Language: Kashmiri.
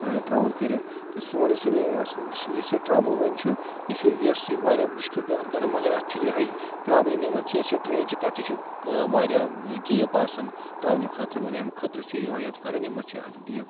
ٹرٛیوٕل کٔرِتھ تہٕ سون یُس سون یہِ ٹرٛیول وۄنۍ چھُ یہِ چھُ یَس یہِ واریاہ مُشکِل پیٚوان کَرُن مگر اَتھ چھِ یِہے پرابلِم یِمَن چھِ یۄس ٹرٛین چھِ تَتھ تہِ چھُ واریاہ گیپ آسان ٹرٛیولہٕ خٲطرٕ وۄنۍ امہِ خٲطرٕ چھُ یِہوے اَتھ کرن یِم مہ چھِ اتھ گیپ